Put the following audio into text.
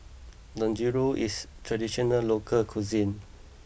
Dangojiru is a traditional local cuisine